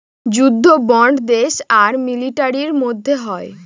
যুদ্ধ বন্ড দেশ আর মিলিটারির মধ্যে হয়